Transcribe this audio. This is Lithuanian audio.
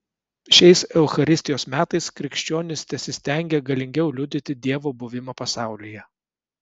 šiais eucharistijos metais krikščionys tesistengia galingiau liudyti dievo buvimą pasaulyje